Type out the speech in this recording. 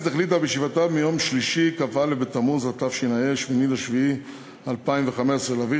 18 חברים הצביעו בעד, נוסיף את